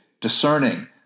discerning